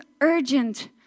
urgent